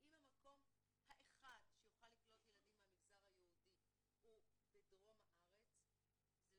אם המקום האחד שיוכל לקלוט ילדים מהמגזר היהודי הוא בדרום הארץ זה,